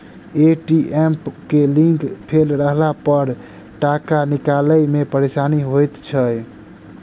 ATM के link fail रहलापर टाका निकालै मे परेशानी होइत छै